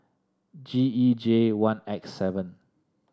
G E J one X seven